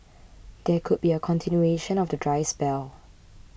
there could be a continuation of the dry spell